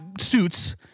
suits